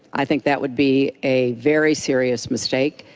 i think that would be a very serious mistake.